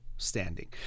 standing